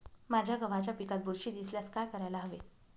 माझ्या गव्हाच्या पिकात बुरशी दिसल्यास काय करायला हवे?